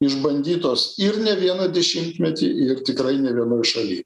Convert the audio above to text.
išbandytos ir ne vieną dešimtmetį ir tikrai ne vienoj šaly